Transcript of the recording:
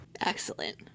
Excellent